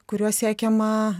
kuriuo siekiama